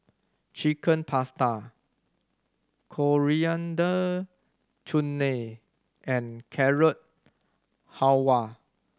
Chicken Pasta Coriander Chutney and Carrot Halwa